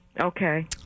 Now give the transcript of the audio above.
Okay